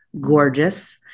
gorgeous